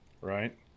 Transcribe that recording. right